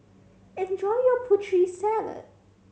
enjoy your Putri Salad